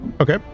Okay